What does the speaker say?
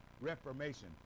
reformation